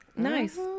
nice